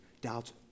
Doubts